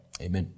Amen